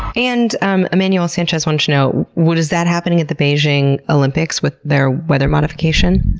and um emmanuel sanchez wanted to know was that happening at the beijing olympics with their weather modification?